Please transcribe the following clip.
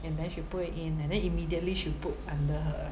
and then she put it in and then immediately she put under her